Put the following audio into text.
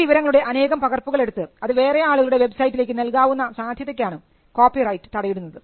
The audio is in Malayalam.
ഈ വിവരങ്ങളുടെ അനേകം പകർപ്പുകൾ എടുത്ത് അത് വേറെ ആളുകളുടെ വെബ്സൈറ്റിലേക്ക് നൽകാവുന്ന സാധ്യതയ്ക്കാണ് കോപ്പിറൈറ്റ് തടയിടുന്നത്